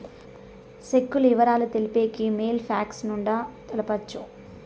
సెక్కుల ఇవరాలు తెలిపేకి మెయిల్ ఫ్యాక్స్ గుండా తెలపొచ్చు